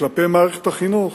כלפי מערכת החינוך.